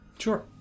Sure